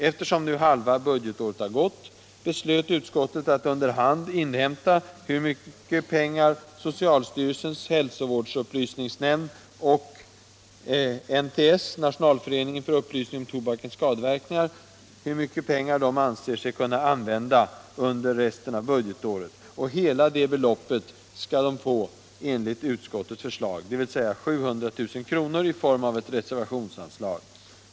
Eftersom nu halva budgetåret har gått beslöt utskottet att under hand inhämta hur mycket pengar socialstyrelsens hälsovårdsupplysningsnämnd och NTS — Nationalföreningen för upplysning om tobakens skadeverkningar — anser sig kunna använda under resten av budgetåret. Hela det beloppet skall man få enligt utskottets förslag, dvs. 700 000 kr. i form av ett reservationsanslag.